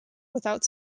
without